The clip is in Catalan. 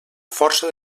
força